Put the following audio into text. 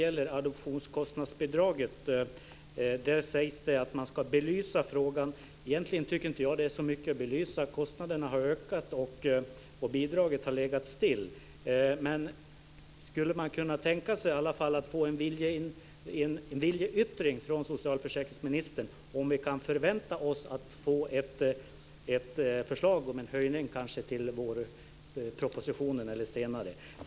Det sägs att man ska belysa frågan. Egentligen tycker jag inte att det är så mycket att belysa. Kostnaderna har ökat och bidraget har legat still. Skulle man i alla fall kunna tänka sig att få en viljeyttring från socialförsäkringsministern om ifall vi kan förvänta oss att få ett förslag om en höjning, kanske till vårpropositionen eller senare?